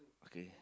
okay